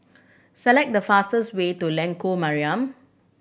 select the fastest way to Lengkok Mariam